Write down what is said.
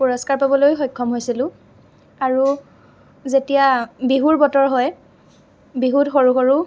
পুৰস্কাৰ পাবলৈও সক্ষম হৈছিলোঁ আৰু যেতিয়া বিহুৰ বতৰ হয় বিহুত সৰু সৰু